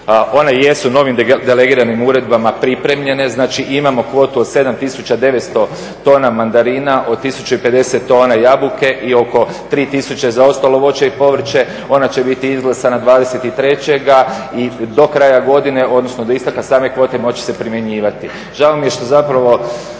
One jesu novim delegiranim uredbama pripremljene, znači imamo kvotu od 7 tisuća 900 tona mandarina, od 1050 tona jabuke i oko 3 tisuće za ostalo voće i povrće. Ona će biti izglasana 23. i do kraja godine, odnosno do isteka same kvote moći će se primjenjivati. Žao mi je što zapravo